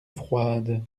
froide